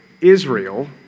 Israel